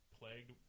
plagued